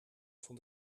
van